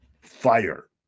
fire